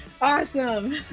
Awesome